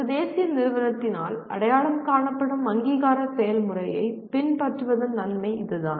ஒரு தேசிய நிறுவனத்தினால் அடையாளம் காணப்படும் அங்கீகார செயல்முறையைப் பின்பற்றுவதன் நன்மை இதுதான்